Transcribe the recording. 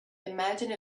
imagine